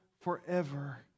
forever